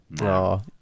no